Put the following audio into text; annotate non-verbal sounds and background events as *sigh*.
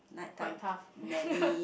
quite tough *laughs*